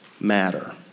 matter